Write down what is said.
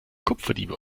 kupferdiebe